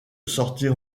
sortir